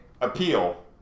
appeal